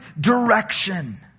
direction